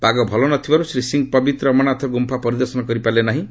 ପାଗ ଭଲ ନଥିବାରୁ ଶ୍ରୀ ସିଂ ପବିତ୍ର ଅମରନାଥ ଗୁମ୍ଫା ପରିଦର୍ଶନ କରିପାରିଲେ ନାହିଁ